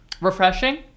refreshing